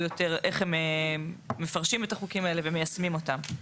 יותר איך הם מפרשים את החוקים האלה ומיישמים אותם.